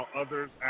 others